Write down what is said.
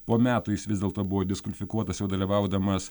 po metų jis vis dėlto buvo diskvalifikuotas jau dalyvaudamas